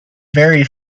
very